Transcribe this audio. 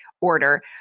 order